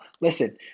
Listen